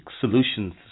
solutions